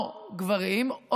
או גברים,